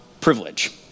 privilege